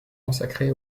consacré